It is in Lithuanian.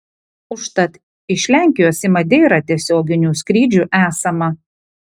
užtat iš lenkijos į madeirą tiesioginių skrydžių esama